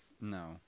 No